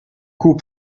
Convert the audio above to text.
cours